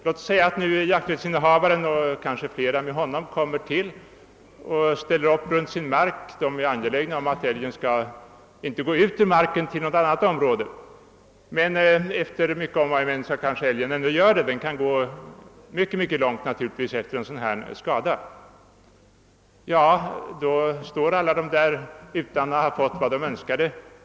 Låt oss säga att jakträttsinnehavaren och kanske flera med honom kommer tillstädes och ställer upp runt hans mark, De är angelägna att älgen inte skall gå ut till något annat område, men efter mycket om och men kanske den ändå gör det; en älg kan gå mycket långt efter en skada. Då står alla där utan att ha fått vad de önskade.